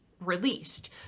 released